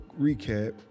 recap